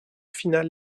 final